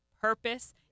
purpose